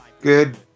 Good